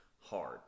hard